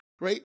right